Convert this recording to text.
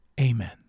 Amen